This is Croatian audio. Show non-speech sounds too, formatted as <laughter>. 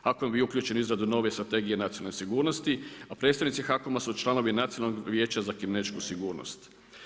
HAKOM je bio uključen u izradu nove Strategije nacionalne sigurnosti a predstavnici HAKOM-a su članovi Nacionalnog vijeća za … <unintelligible> sigurnost.